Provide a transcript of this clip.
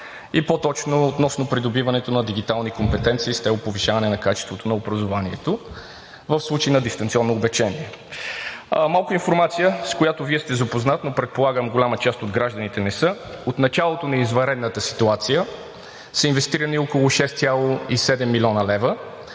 и по-точно относно придобиването на дигитални компетенции с цел повишаване на качеството на образованието в случай на дистанционно обучение. Малко информация, с която Вие сте запознат, но предполагам голяма част от гражданите не са. От началото на извънредната ситуация са инвестирани около 6,7 млн. лв.